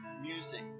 music